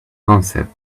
concept